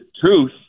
truth